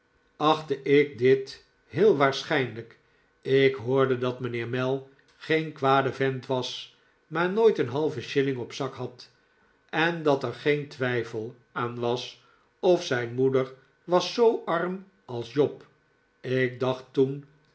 achtte ik dit heel waarschijnlijk ik hoorde dat mijnheer mell geen kwade vent was maar nooit een halven shilling op zak had en dat er geen twijfel aan was of zijn moeder was zoo arm als job ik dacht toen